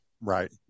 Right